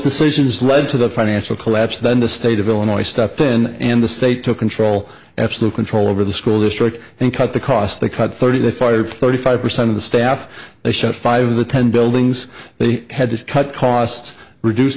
decisions led to the financial collapse then the state of illinois stepped in and the state took control absolute control over the school district and cut the costs they cut thirty they fired thirty five percent of the staff they shut five of the ten buildings they had to cut costs reduce